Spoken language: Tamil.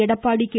எடப்பாடி கே